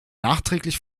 nachträglich